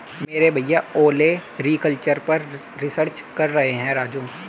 मेरे भैया ओलेरीकल्चर पर रिसर्च कर रहे हैं राजू